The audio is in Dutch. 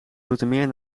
zoetermeer